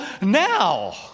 now